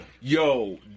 Yo